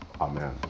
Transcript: Amen